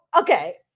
okay